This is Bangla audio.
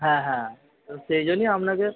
হ্যাঁ হ্যাঁ তো সেই জন্যই আপনাকে